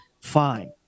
fine